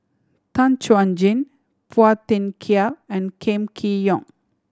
Tan Chuan Jin Phua Thin Kiay and Kam Kee Yong